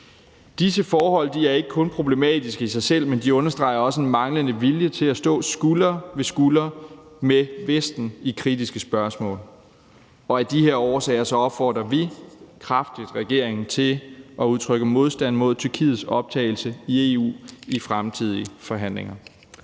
Disse forhold er ikke kun problematiske i sig selv, men de understreger også en manglende vilje til at stå skulder ved skulder med Vesten i kritiske spørgsmål. Af de her årsager opfordrer vi kraftigt regeringen til at udtrykke modstand mod Tyrkiets optagelse i EU i fremtidige forhandlinger.